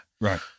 Right